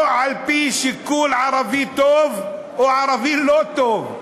על-פי שיקול של ערבי טוב או ערבי לא טוב,